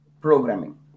programming